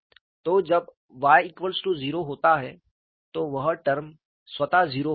तो जब y 0 होता है तो वह टर्म स्वतः 0 हो जाता है